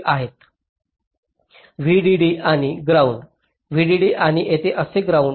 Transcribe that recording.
VDD आणि ground VDD आणि येथे असे ग्राउंड